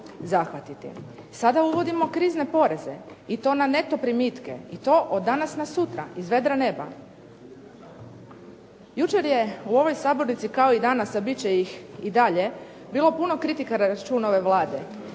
zahvatiti. Sada uvodimo krizne poreze i to na neto primitke i to od danas na sutra iz vedra neba. Jučer je u ovoj sabornici kao i danas, a bit će ih i dalje, bilo puno kritika na račun ove Vlade.